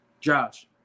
Josh